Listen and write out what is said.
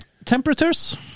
Temperatures